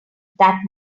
that